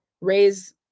raise